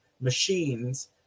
machines